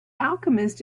alchemist